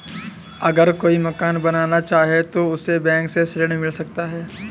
अगर कोई मकान बनाना चाहे तो उसे बैंक से ऋण मिल सकता है?